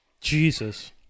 Jesus